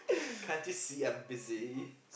can't you see I'm busy